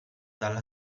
dalla